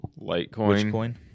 Litecoin